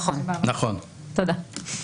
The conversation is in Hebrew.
נכון, תודה.